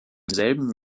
selben